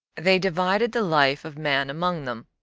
they divided the life of man among them,